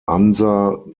unser